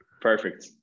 Perfect